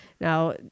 Now